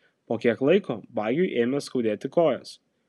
po kiek laiko vagiui ėmė skaudėti kojas